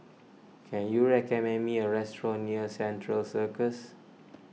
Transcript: can you recommend me a restaurant near Central Circus